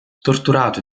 torturato